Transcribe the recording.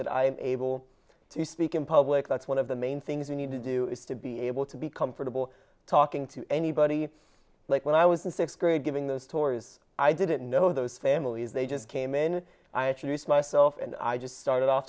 that i'm able to speak in public that's one of the main things you need to do is to be able to be comfortable talking to anybody like when i was in sixth grade giving those tours i didn't know those families they just came in i actually use myself and i just started off